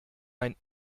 mein